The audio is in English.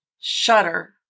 shutter